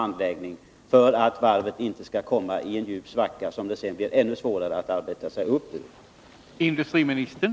Anser utrikesministern att nu gällande ordning vid personundersökningar av asylsökande i deras hemländer är tillfredsställande och, om inte, är statsrådet beredd att medverka till en förändring härav?